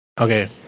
Okay